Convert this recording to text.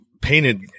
painted